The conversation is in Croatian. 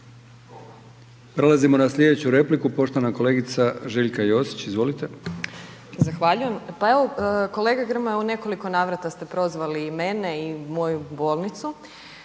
Prelazimo na slijedeću repliku, poštovana kolegica Željka Josić. Izvolite. **Josić, Željka (HDZ)** Zahvaljujem. Pa evo kolega Grmoja u nekoliko navrata ste prozvali i mene i moju bolnicu,